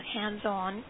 hands-on